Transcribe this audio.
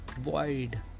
Void